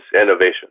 innovation